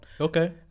Okay